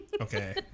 Okay